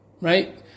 right